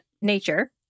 Nature